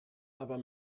aber